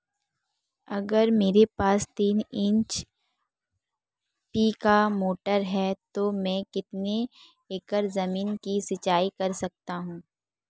अगर मेरे पास तीन एच.पी की मोटर है तो मैं कितने एकड़ ज़मीन की सिंचाई कर सकता हूँ?